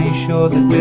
ah sure